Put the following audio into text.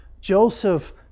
Joseph